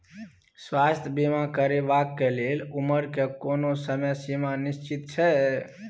स्वास्थ्य बीमा करेवाक के लेल उमर के कोनो समय सीमा निश्चित छै?